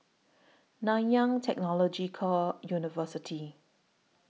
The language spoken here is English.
Nanyang Technological University